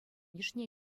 йышне